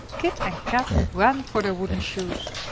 kit and kat ran for their wooden shoes.